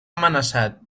amenaçat